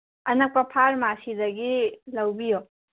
ꯑꯅꯛꯄ ꯐꯥꯔꯃꯥꯁꯤꯗꯒꯤ ꯂꯧꯕꯤꯌꯣ